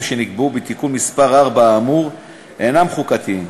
שנקבעו בתיקון מס' 4 האמור אינם חוקתיים,